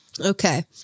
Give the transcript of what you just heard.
Okay